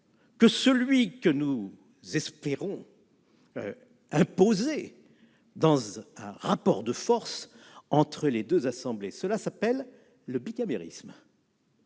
que celui que nous espérons imposer, au travers d'un rapport de force entre les deux assemblées. Cela s'appelle le bicamérisme.